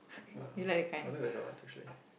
ya I like that kind of